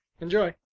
Enjoy